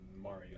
Mario